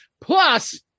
Plus